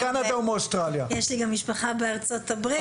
יש לי גם משפחה בארצות הברית.